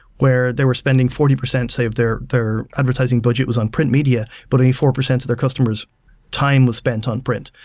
where they were spending forty percent, say, of their their advertising budget was on print media, but eighty four percent of their customers time was spent on print.